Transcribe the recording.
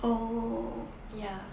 ya